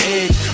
edge